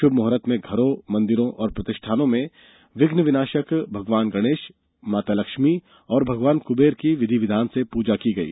शुभ मुहूर्त में घरों मंदिरों और प्रतिष्ठानों में विघ्न विनाशक भगवान गणेश माता लक्ष्मी और कुंबेर की विधि विधान से पूजा की गई